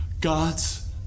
god's